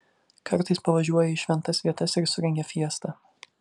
kartais pavažiuoja į šventas vietas ir surengia fiestą